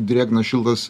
drėgnas šiltas